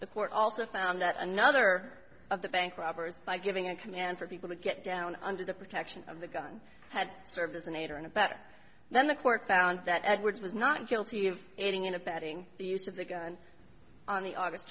the court also found that another of the bank robbers by giving a command for people to get down under the protection of the gun had served as an aider and abettor then the court found that edwards was not guilty of aiding and abetting the use of the gun on the august